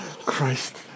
Christ